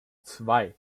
zwei